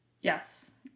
Yes